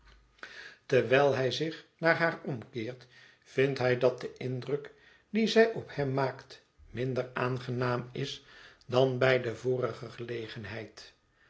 terwijl hij zich naar haar omkeert vindt hij dat de indruk dien zij op hem maakt minder aangenaam is dan bij de vorige gelegenheid